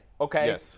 Okay